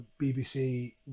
BBC